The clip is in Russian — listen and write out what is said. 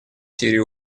сирии